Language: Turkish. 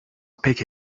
pek